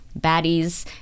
baddies